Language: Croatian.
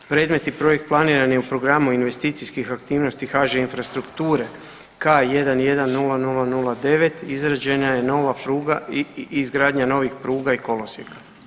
Predmetni projekt planiran je u programu investicijskih aktivnosti HŽ Infrastrukture K110009 izražena je nova pruga i izgradnja novih pruga i kolosijeka.